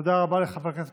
תודה רבה לחבר הכנסת